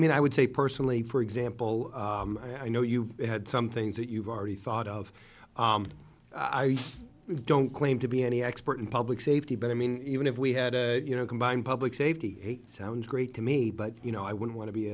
mean i would say personally for example i know you've had some things that you've already thought of i don't claim to be any expert in public safety but i mean even if we had you know combine public safety sounds great to me but you know i wouldn't want to be